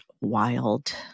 wild